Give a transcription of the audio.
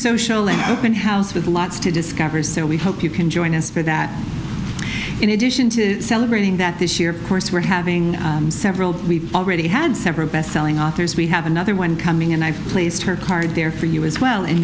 social and open house with lots to discover so we hope you can join us for that in addition to celebrating that this year course we're having several we've already had several bestselling authors we have another one coming and i placed her card there for you as well in